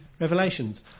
Revelations